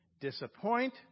disappoint